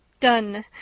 done.